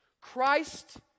Christ